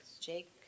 Jake